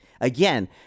again